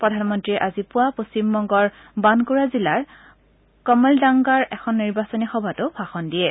প্ৰধানমন্ত্ৰীয়ে আজি পুৱা পশ্চিমবংগৰ বানকুৰা জিলাৰ কমলডাংগাৰ এখন নিৰ্বাচনী সভাতো ভাষণ দিয়ে